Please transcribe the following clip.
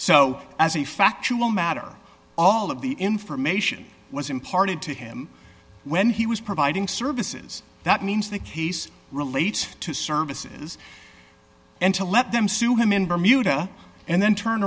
so as a factual matter all of the information was imparted to him when he was providing services that means the case relate to services and to let them sue him in bermuda and then turn